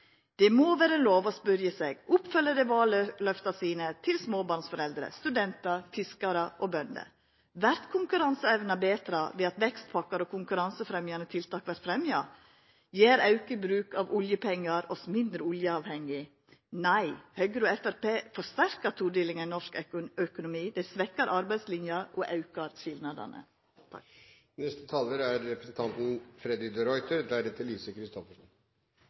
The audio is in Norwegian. Det må vera lov å spørja seg: Oppfyller dei valløfta sine til småbarnsforeldre, studentar, fiskarar og bønder? Vert konkurranseevna betra ved at vekstpakkar og konkurransefremjande tiltak vert fjerna? Gjer auka bruk av oljepengar oss mindre oljeavhengige? Nei, Høgre og Framstegspartiet forsterkar todelinga i norsk økonomi. Dei svekkjer arbeidslinja og aukar